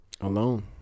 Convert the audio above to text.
Alone